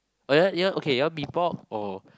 oh ya ya okay you want mee pok or